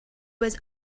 was